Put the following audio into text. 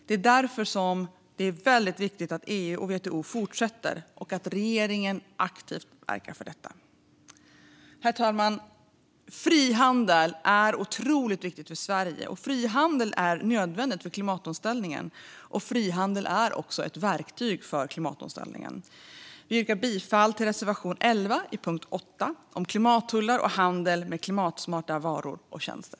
Det är därför väldigt viktigt att EU och WTO fortsätter att förhandla och att regeringen aktivt verkar för detta. Herr talman! Frihandel är otroligt viktigt för Sverige, och den är nödvändig för klimatomställningen. Frihandel är också ett verktyg för klimatomställningen. Jag yrkar bifall till reservation 11 under punkt 8 om klimattullar och handel med klimatsmarta varor och tjänster.